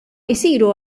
isiru